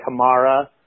Kamara